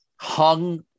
hung